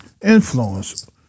influence